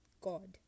God